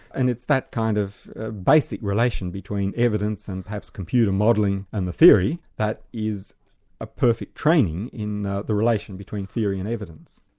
and it's that kind of basic relation between evidence and perhaps computer modelling and the theory that is a perfect training in the relation between theory and evidence.